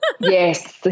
Yes